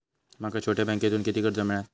माका छोट्या बँकेतून किती कर्ज मिळात?